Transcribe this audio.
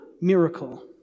miracle